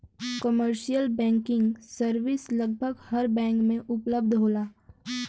commercial banking service लगभग हर bank में उपलब्ध होला